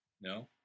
No